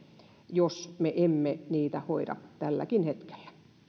jos me emme niitä hoida tälläkin hetkellä